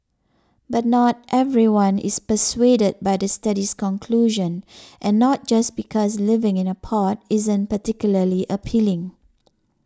but not everyone is persuaded by the study's conclusion and not just because living in a pod isn't particularly appealing